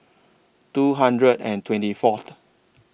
two hundred and twenty Fourth